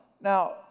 Now